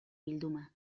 bilduma